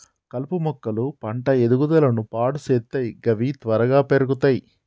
కలుపు మొక్కలు పంట ఎదుగుదలను పాడు సేత్తయ్ గవి త్వరగా పెర్గుతయ్